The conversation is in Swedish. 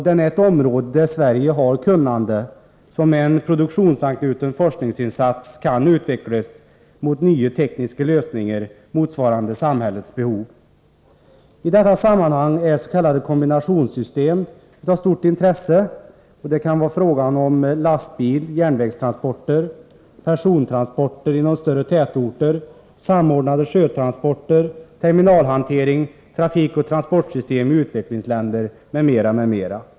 Den är ett område, där Sverige har ett kunnande, som med en produktionsanknuten forskningsinsats kan utvecklas mot nya tekniska lösningar motsvarande samhällets behov. I detta sammanhang är s.k. kombinationssystem av stort intresse. Det kan vara fråga om lastbilstransporter, järnvägstransporter, persontransporter inom större tätorter, samordnade sjötransporter, terminalhantering, trafikoch transportsystem i utvecklingsländer m.m.